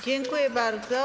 Dziękuję bardzo.